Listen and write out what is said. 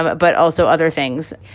ah but but also other things.